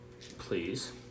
Please